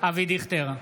אבי דיכטר,